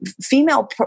female